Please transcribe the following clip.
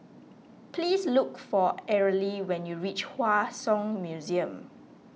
please look for Arely when you reach Hua Song Museum